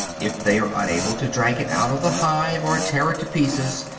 if they are unable to drag it out of the hive or tear it to pieces,